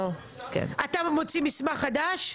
אתה מוציא מסמך חדש?